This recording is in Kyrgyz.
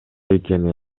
экени